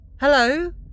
Hello